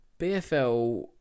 bfl